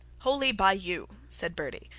wholly by you said bertie,